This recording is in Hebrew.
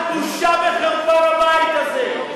את בושה וחרפה לבית הזה.